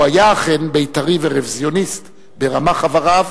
הוא היה, אכן, בית"רי ורוויזיוניסט ברמ"ח איבריו,